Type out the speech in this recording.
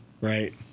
right